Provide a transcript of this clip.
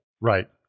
Right